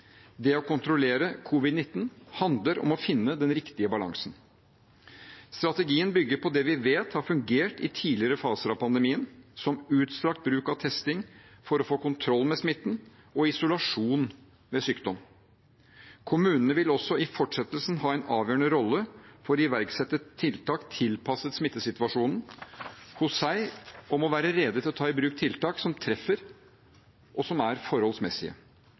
Det å kontrollere covid-19 handler om å finne den riktige balansen. Strategien bygger på det vi vet har fungert i tidligere faser av pandemien, som utstrakt bruk av testing for å få kontroll med smitten og isolasjon ved sykdom. Kommunene vil også i fortsettelsen ha en avgjørende rolle for å iverksette tiltak tilpasset smittesituasjonen hos seg og må være rede til å ta i bruk tiltak som treffer, og som er forholdsmessige.